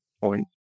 point